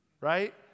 right